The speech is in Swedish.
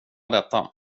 detta